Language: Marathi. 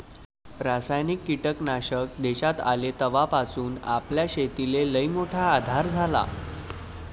रासायनिक कीटकनाशक देशात आले तवापासून आपल्या शेतीले लईमोठा आधार झाला